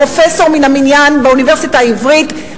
פרופסור מן המניין באוניברסיטה העברית,